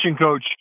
coach